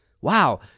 Wow